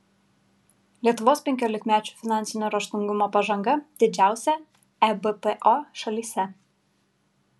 lietuvos penkiolikmečių finansinio raštingumo pažanga didžiausia ebpo šalyse